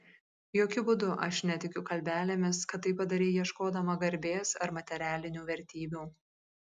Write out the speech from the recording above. jokiu būdu aš netikiu kalbelėmis kad tai padarei ieškodama garbės ar materialinių vertybių